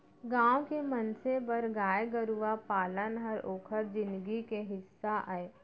गॉँव के मनसे बर गाय गरूवा पालन हर ओकर जिनगी के हिस्सा अय